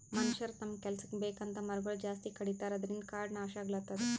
ಮನಷ್ಯರ್ ತಮ್ಮ್ ಕೆಲಸಕ್ಕ್ ಬೇಕಂತ್ ಮರಗೊಳ್ ಜಾಸ್ತಿ ಕಡಿತಾರ ಅದ್ರಿನ್ದ್ ಕಾಡ್ ನಾಶ್ ಆಗ್ಲತದ್